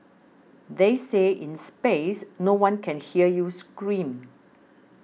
they say in space no one can hear you scream